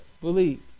believe